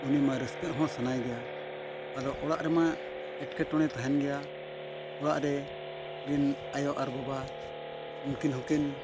ᱩᱱᱤᱢᱟ ᱨᱟᱹᱥᱠᱟᱹ ᱦᱚᱸ ᱥᱟᱱᱟᱭᱮ ᱜᱮᱭᱟ ᱟᱫᱚ ᱚᱲᱟᱜ ᱨᱮᱢᱟ ᱮᱴᱠᱮᱴᱚᱬᱮ ᱛᱟᱦᱮᱱ ᱜᱮᱭᱟ ᱚᱲᱟᱜ ᱨᱮᱱ ᱟᱭᱳ ᱟᱨ ᱵᱟᱵᱟ ᱩᱱᱠᱤᱱ ᱦᱚᱸ ᱠᱤᱱ